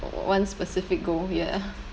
one specific goal ya